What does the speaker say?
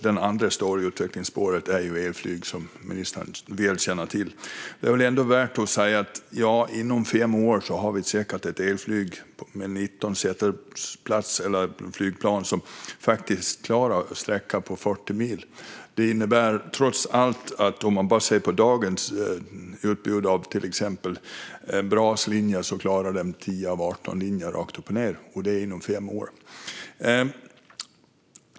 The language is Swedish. Det andra stora utvecklingsspåret är ju elflyg, som ministern känner väl till. Det är ändå värt att säga att inom fem år har vi säkert 19 elflygplan som klarar en sträcka på 40 mil. Om man bara ser på dagens utbud kommer till exempel BRA att klara 10 av 18 linjer, och det inom fem år.